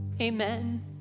Amen